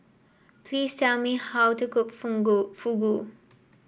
please tell me how to cook Fugu